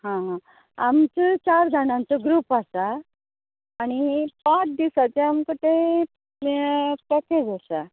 आं आं आमचो चार जाणांचो ग्रूप आसा आनी पांच दिसाचें आमकां तें पॅकेज आसा